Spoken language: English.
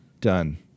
Done